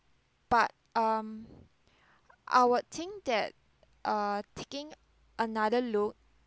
but um I would think that uh taking another look